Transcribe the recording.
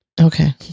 okay